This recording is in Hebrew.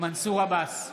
מנסור עבאס,